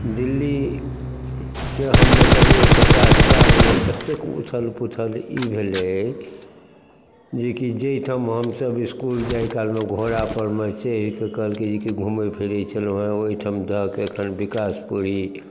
दिल्लीके हम देखलियै पचास सालमे ततेक उथल पथल ई भेलै जेकि जाहिठाम हमसब इसकुल जाइ कालमे घोड़ापर मे चढ़ि करके कहलकै जे घूमै फिरै छलहुँ हैं ओइठाम एखन विकासपुरी